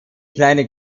kleine